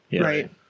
Right